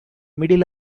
middle